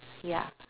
ya